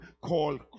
called